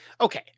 okay